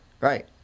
Right